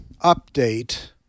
update